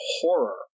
horror